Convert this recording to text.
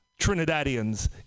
Trinidadians